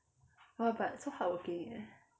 !wah! but so hardworking eh